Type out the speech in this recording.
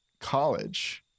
college